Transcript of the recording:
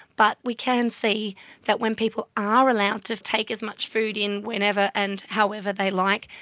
but we can see that when people are allowed to take as much food in whenever and however they like,